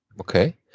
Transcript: Okay